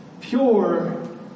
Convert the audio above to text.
pure